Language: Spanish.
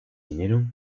dinero